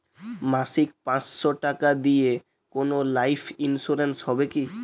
মাসিক পাঁচশো টাকা দিয়ে কোনো লাইফ ইন্সুরেন্স হবে কি?